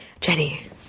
Jenny